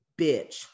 bitch